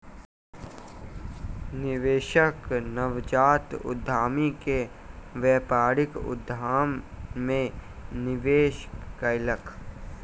निवेशक नवजात उद्यमी के व्यापारिक उद्यम मे निवेश कयलक